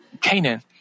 Canaan